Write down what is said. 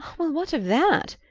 well, what of that?